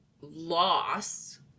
loss